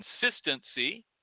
consistency